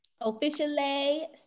officially